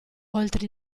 oltre